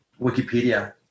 Wikipedia